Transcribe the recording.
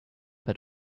but